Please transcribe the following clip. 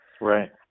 Right